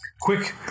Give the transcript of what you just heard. quick